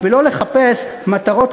הם משכילים ומסורים,